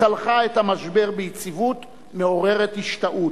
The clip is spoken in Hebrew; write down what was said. צלחה את המשבר ביציבות מעוררת השתאות.